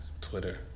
Twitter